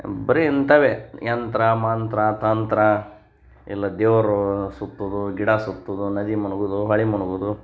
ಬರೀ ಇಂಥವೇ ಯಂತ್ರ ಮಂತ್ರ ತಂತ್ರ ಇಲ್ಲ ದೇವ್ರು ಸುತ್ತೋದು ಗಿಡ ಸುತ್ತೋದು ನದಿ ಮುಳ್ಗುದು ಹೊಳೆ ಮುಳ್ಗುದು